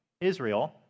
Israel